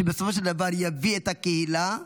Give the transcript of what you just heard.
שבסופו של דבר יביא את הקהילה לחזית,